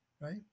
right